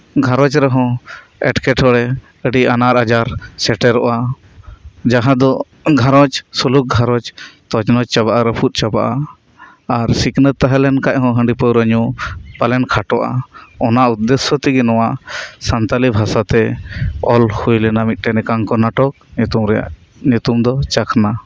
ᱜᱷᱟᱨᱚᱸᱡᱽ ᱨᱮᱦᱚᱸ ᱮᱴᱠᱮ ᱴᱚᱬᱮ ᱟᱹᱰᱤ ᱟᱱᱟᱨ ᱟᱡᱟᱨ ᱥᱮᱴᱮᱨᱚᱜᱼᱟ ᱡᱟᱦᱟᱸ ᱫᱚ ᱜᱷᱟᱨᱚᱸᱡᱽ ᱥᱩᱞᱩᱠ ᱜᱷᱟᱨᱚᱸᱡᱽ ᱛᱚᱪ ᱱᱚᱪ ᱪᱟᱵᱟᱜᱼᱟ ᱨᱟᱹᱯᱩᱫ ᱪᱟᱵᱟᱜᱼᱟ ᱟᱨ ᱥᱤᱠᱷᱱᱟᱹᱛ ᱛᱟᱦᱮᱸ ᱞᱮᱱᱠᱷᱟᱱ ᱦᱚᱸ ᱦᱟᱺᱰᱤ ᱯᱟᱹᱣᱨᱟ ᱧᱩ ᱯᱟᱞᱮᱱ ᱠᱷᱟᱴᱚᱜᱼᱟ ᱚᱱᱟ ᱩᱫᱽᱫᱮᱥᱥᱚ ᱛᱮᱜᱮ ᱱᱚᱶᱟ ᱥᱟᱱᱛᱟᱲᱤ ᱵᱷᱟᱥᱟ ᱛᱮ ᱚᱞ ᱦᱩᱭ ᱞᱮᱱᱟ ᱢᱤᱫᱴᱮᱱ ᱮᱠᱟᱝᱠᱚ ᱱᱟᱴᱚᱠ ᱧᱩᱛᱩᱢ ᱨᱮ ᱧᱩᱛᱩᱢ ᱫᱚ ᱪᱟᱠᱷᱱᱟ